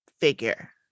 figure